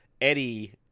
Eddie